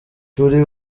turi